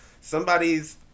somebody's